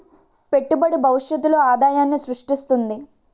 పెట్టుబడి భవిష్యత్తులో ఆదాయాన్ని స్రృష్టిస్తుంది